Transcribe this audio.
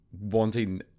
wanting